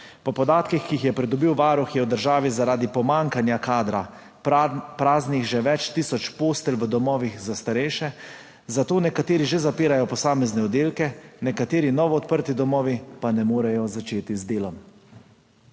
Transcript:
Po podatkih, ki jih je pridobil Varuh, je v državi zaradi pomanjkanja kadra praznih že več tisoč postelj v domovih za starejše, zato nekateri že zapirajo posamezne oddelke, nekateri novo odprti domovi pa ne morejo začeti z delom.